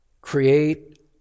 Create